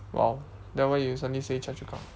!wow! then why you suddenly say chua-chu-kang